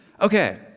Okay